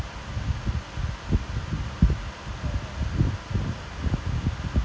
I mean see how lah we can just try one lah I guess